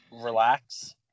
relax